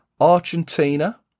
Argentina